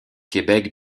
québec